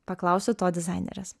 paklausiu to dizainerės